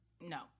no